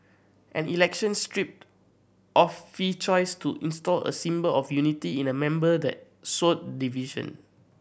an election stripped of fee choice to install a symbol of unity in a member that sowed division